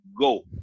go